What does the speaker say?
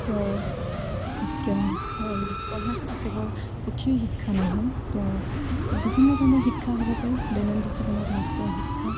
তেওঁৰ এতিয়া পঢ়াটো কেৱল পুথিৰ শিক্ষা নহয় তেওঁৰ বিভিন্ন ধৰণৰ শিক্ষা হ'ব পাৰে দৈনন্দিন জীৱনত লাভ কৰা শিক্ষা